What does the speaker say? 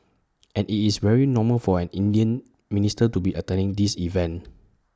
and IT is very normal for an Indian minister to be attending this event